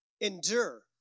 endure